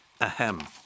Ahem